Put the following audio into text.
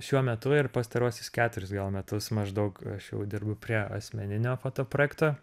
šiuo metu ir pastaruosius keturis gal metus maždaug aš jau dirbu prie asmeninio foto projekto